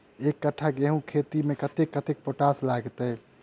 एक कट्ठा गेंहूँ खेती मे कतेक कतेक पोटाश लागतै?